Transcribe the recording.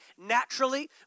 naturally